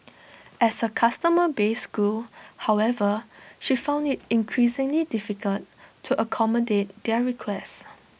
as her customer base grew however she found IT increasingly difficult to accommodate their requests